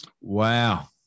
Wow